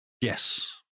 Yes